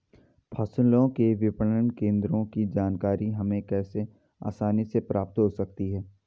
फसलों के विपणन केंद्रों की जानकारी हमें कैसे आसानी से प्राप्त हो सकती?